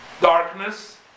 darkness